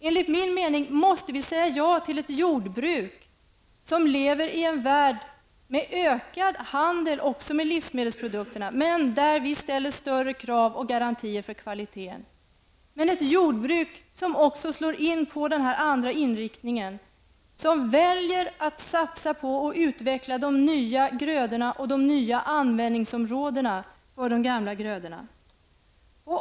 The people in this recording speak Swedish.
Enligt min mening måste vi säga ja till ett jordbruk som lever i en värld med ökad handel också med livsmedelsprodukter men där vi ställer större krav på garantier för kvaliteten. Vi måste säga ja till ett jordbruk som också följer denna andra inriktning, som väljer att satsa på och utveckla de nya grödorna och de nya användningsområdena för de gamla grödorna.